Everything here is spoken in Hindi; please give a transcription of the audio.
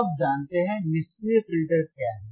अब आप जानते हैं निष्क्रिय फ़िल्टर क्या हैं